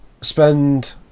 Spend